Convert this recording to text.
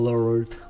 Lord